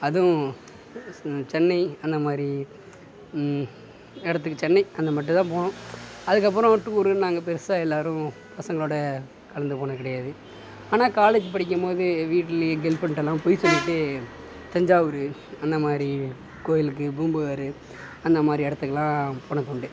அதுவும் சென்னை அந்தமாதிரி இடத்துக்கு சென்னை அங்கே மட்டுந்தான் போனோம் அதுக்கப்புறோம் டூருன்னு நாங்கள் பெருசாக எல்லாரும் பசங்களோட கலந்து போனது கிடையாது ஆனால் காலேஜ் படிக்கும்போது வீட்லையும் கேர்ள் ஃபிரெண்டுட்டெல்லாம் பொய் சொல்லிவிட்டு தஞ்சாவூர் அந்தமாதிரி கோயிலுக்கு பூம்புகார் அந்தமாதிரி இடத்துக்குலாம் போனதுண்டு